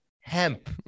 hemp